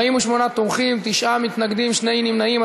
48 תומכים, תשעה מתנגדים, שני נמנעים.